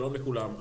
שלום לכולם.